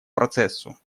процессу